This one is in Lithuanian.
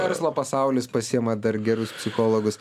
verslo pasaulis pasiima dar gerus psichologus